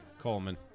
Coleman